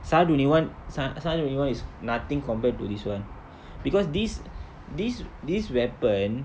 S_A_R twenty one S_A_R twenty one is nothing compared to this [one] because this this this weapon